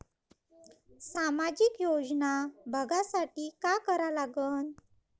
सामाजिक योजना बघासाठी का करा लागन?